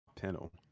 panel